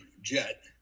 jet